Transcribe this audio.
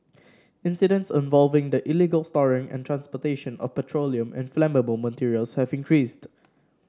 incidents involving the illegal storing and transportation of petroleum and flammable materials have increased